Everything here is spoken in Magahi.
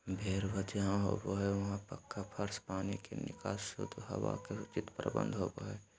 भेड़ वध जहां होबो हई वहां पक्का फर्श, पानी के निकास, शुद्ध हवा के उचित प्रबंध होवअ हई